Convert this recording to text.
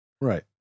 right